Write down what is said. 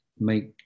make